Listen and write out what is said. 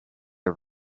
are